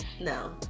no